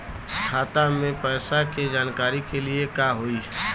खाता मे पैसा के जानकारी के लिए का होई?